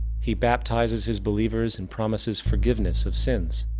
he baptizes his believers and promises forgiveness of sins.